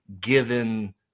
given